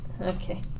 Okay